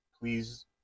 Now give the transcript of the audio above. Please